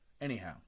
Anyhow